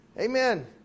Amen